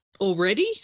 Already